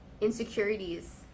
insecurities